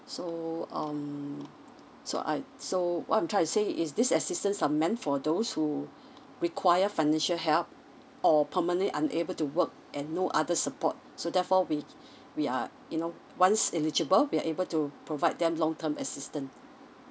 so um so I so what I'm try to say is this assistance are meant for those who require financial help or permanently unable to work and no other support so therefore we we are you know once eligible we are able to provide them long term assistant